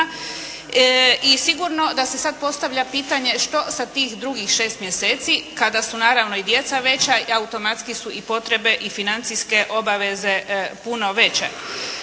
I sigurno da se sad postavlja pitanje što sa tih drugih šest mjeseci kada su naravno i djeca veća, automatski su i potrebe i financijske obaveze puno veće.